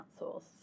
outsource